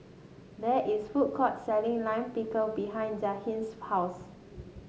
there is food court selling Lime Pickle behind Jahiem's house